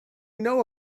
know